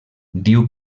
diu